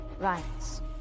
rights